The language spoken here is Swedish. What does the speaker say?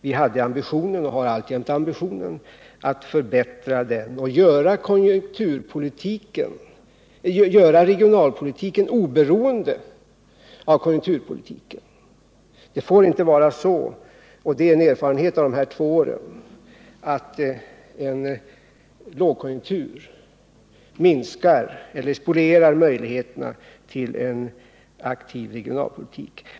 Vi hade ambitionen, och har alltjämt ambitionen, att förbättra regionalpolitiken och göra den oberoende av konjunkturpolitiken. Det får inte vara så, det är en erfarenhet av de här två åren, att en lågkonjunktur spolierar möjligheterna till en aktiv regionalpolitik.